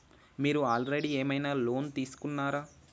మీరు ఆల్రెడీ ఏమైనా లోన్ తీసుకున్నారా?